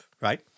Right